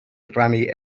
rannu